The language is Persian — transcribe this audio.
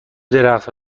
درخت